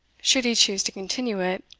should he choose to continue it,